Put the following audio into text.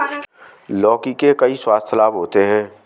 लौकी के कई स्वास्थ्य लाभ होते हैं